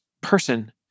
person